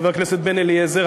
חבר הכנסת בן-אליעזר,